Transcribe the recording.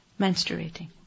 menstruating